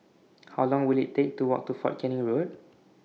How Long Will IT Take to Walk to Fort Canning Road